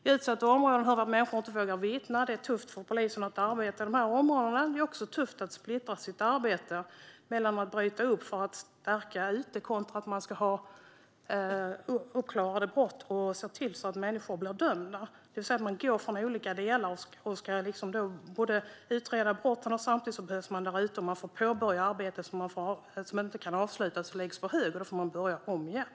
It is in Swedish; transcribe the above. I utsatta områden hör vi att människor inte vågar vittna, att det är tufft för polisen att arbeta i dessa områden och att det också är tufft att splittra sitt arbete mellan att bryta upp för att förstärka ute kontra att klara upp brott och se till att människor blir dömda. Man går alltså från olika delar och ska utreda brott samtidigt som man behövs där ute. Man får påbörja arbete som inte kan avslutas utan läggs på hög, och då får man börja om igen.